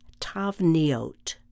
tavniot